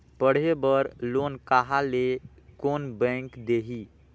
पढ़े बर लोन कहा ली? कोन बैंक देही?